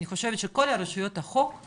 אני חושבת שכל רשויות החוק או